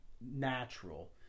natural